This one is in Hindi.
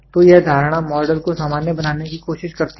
तो यह धारणा मॉडल को सामान्य बनाने की कोशिश करती है